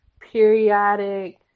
Periodic